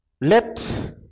Let